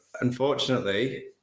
unfortunately